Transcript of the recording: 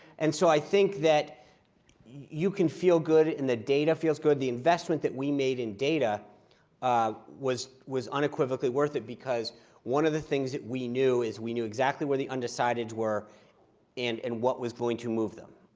and so i think that you can feel good, and the data feels good. the investment that we made in data ah was was unequivocally worth it, because one of the things that we knew is we knew exactly where the undecideds were and and what was going to move them.